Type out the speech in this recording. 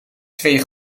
twee